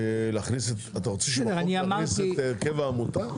אתה רוצה שבחוק נכניס את הרכב העמותה?